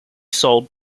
sold